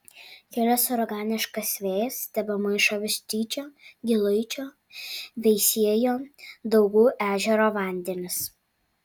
kilęs uraganiškas vėjas tebemaišo vištyčio giluičio veisiejo daugų ežero vandenis